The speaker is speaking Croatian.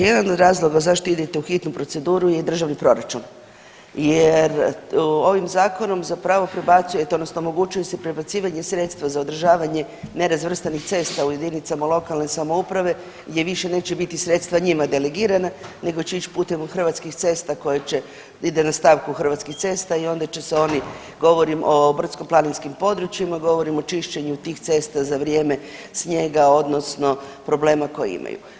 Jedan od razloga zašto idete u hitnu proceduru je i državni proračun jer, ovim Zakonom zapravo prebacujete, odnosno omogućuje se prebacivanje sredstva za održavanje nerazvrstanih cesta u jedinicama lokalne samouprave gdje više neće biti sredstva njima delegirana nego će ići putem Hrvatskih cesta koje će, ide na stavku Hrvatskih cesta i onda će se oni, govorim o brdsko-planinskim područjima, govorim o čišćenju tih cesta za vrijeme snijega, odnosno problema koji imaju.